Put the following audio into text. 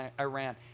Iran